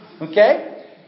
Okay